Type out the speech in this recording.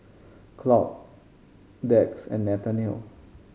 Claud Dax and Nathanial